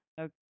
okay